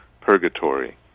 Purgatory